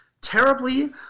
terribly